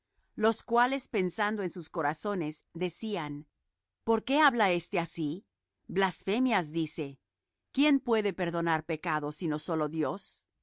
los cuales pensando en sus corazones decían por qué habla éste así blasfemias dice quién puede perdonar pecados sino solo dios